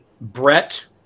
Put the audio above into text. Brett